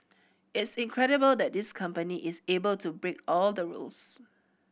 it's incredible that this company is able to break all the rules